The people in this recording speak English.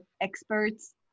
experts